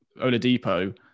Oladipo